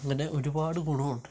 അങ്ങനെ ഒരുപാട് ഗുണമുണ്ട്